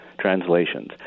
translations